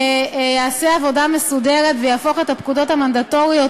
עבודה מסודרת שתהפוך את הפקודות המנדטוריות